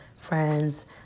friends